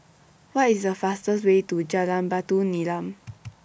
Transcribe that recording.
What IS The fastest Way to Jalan Batu Nilam